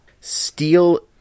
steal